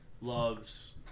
loves